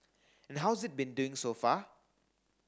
and how's it been doing so far